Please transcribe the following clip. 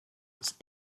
was